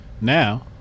now